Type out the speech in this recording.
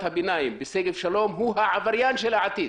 הביניים בשגב שלום יהיה העבריין של העתיד